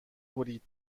برید